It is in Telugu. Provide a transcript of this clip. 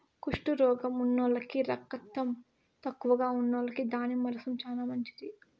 కుష్టు రోగం ఉన్నోల్లకి, రకతం తక్కువగా ఉన్నోల్లకి దానిమ్మ రసం చానా మంచిది